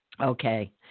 Okay